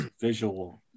visual